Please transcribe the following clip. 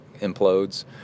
implodes